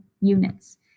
units